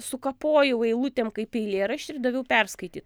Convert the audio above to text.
sukapojau eilutėm kaip eilėraštį ir daviau perskaityt